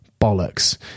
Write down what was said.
bollocks